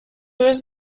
was